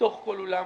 בתוך כל אולם.